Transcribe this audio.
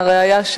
והא ראיה,